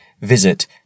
visit